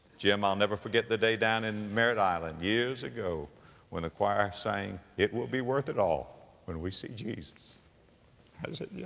jim, i'll never forget the day down in merritt island years ago when the choir sang it will be worth it all when we see jesus. i said, yeah.